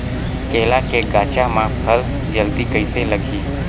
केला के गचा मां फल जल्दी कइसे लगही?